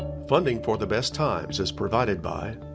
funding for the best times is provided by